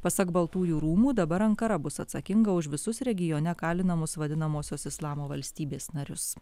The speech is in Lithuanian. pasak baltųjų rūmų dabar ankara bus atsakinga už visus regione kalinamus vadinamosios islamo valstybės narius